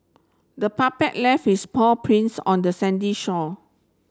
the puppy left its paw prints on the sandy shore